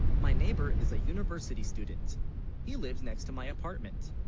my neighbor is a university student he lives next to my apartment